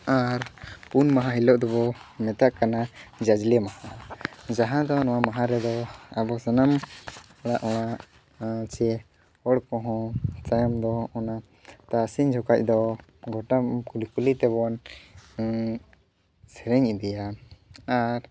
ᱟᱨ ᱩᱢ ᱢᱟᱦᱟ ᱦᱤᱞᱳᱜ ᱫᱚᱵᱚ ᱢᱮᱛᱟᱜ ᱠᱟᱱᱟ ᱡᱟᱡᱽᱞᱮ ᱢᱟᱦᱟ ᱡᱟᱦᱟᱸ ᱫᱚ ᱱᱚᱣᱟ ᱢᱟᱦᱟ ᱨᱮᱫᱚ ᱟᱵᱚ ᱥᱟᱱᱟᱢ ᱠᱚᱣᱟᱜ ᱚᱲᱟᱜ ᱪᱮ ᱦᱚᱲ ᱠᱚᱦᱚᱸ ᱛᱟᱭᱚᱢ ᱫᱚ ᱚᱱᱟ ᱛᱟᱨᱟᱥᱤᱝ ᱡᱚᱠᱷᱟᱡ ᱫᱚ ᱜᱚᱴᱟ ᱠᱩᱦᱤ ᱠᱩᱞᱦᱤ ᱛᱮᱵᱚᱱ ᱥᱮᱨᱮᱧ ᱤᱫᱤᱭᱟ ᱟᱨ